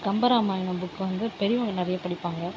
Kambaramayanam book வந்து பெரியவங்க நிறைய படிப்பாங்க